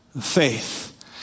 faith